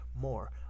more